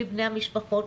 לבני המשפחות,